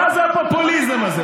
מה זה הפופוליזם הזה?